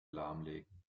lahmlegen